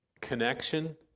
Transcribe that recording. connection